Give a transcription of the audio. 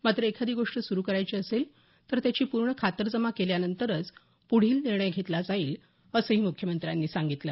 मात्र एखादी गोष्ट सुरु करायची असेल तर त्याची पूर्ण खातरजमा केल्यानंतरच पुढील निर्णय घेतला जाईल असंही मुख्यमंत्र्यांनी सांगितलं